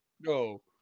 no